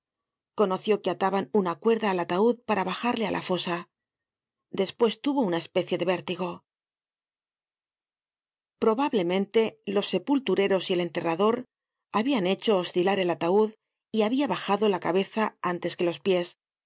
conoció que ataban una cuerda al ataud para bajarle á la fosa despues tuvo una especie de vértigo probablemente los sepultureros y gl enterrador habian hecho oscilar el ataud y habia bajado la cabeza antes que los pies